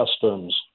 customs